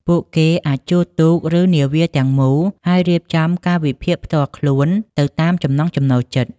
ពួកគេអាចជួលទូក ឬនាវាទាំងមូល ហើយរៀបចំកាលវិភាគផ្ទាល់ខ្លួនទៅតាមចំណង់ចំណូលចិត្ត។